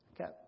Okay